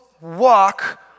walk